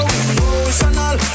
emotional